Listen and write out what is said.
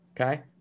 Okay